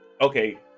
okay